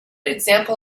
example